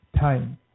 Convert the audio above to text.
time